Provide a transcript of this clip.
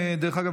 דרך אגב,